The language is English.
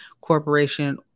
corporation